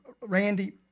Randy